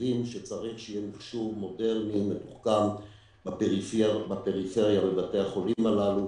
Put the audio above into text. חושבים שצריך שיהיה מכשור מודרני ומתוחכם בפריפריה ובבתי החולים הללו,